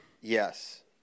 Yes